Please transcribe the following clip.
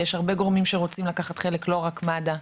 יש הרבה גורמים שרוצים לקחת חלק, לא רק מד"א.